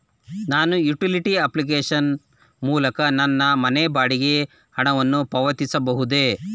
ನಾನು utility application ಮೂಲಕ ನನ್ನ ಮನೆ ಬಾಡಿಗೆ ಹಣವನ್ನು ಪಾವತಿಸಬಹುದೇ?